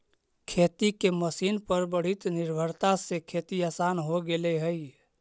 खेती के मशीन पर बढ़ीत निर्भरता से खेती आसान हो गेले हई